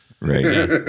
right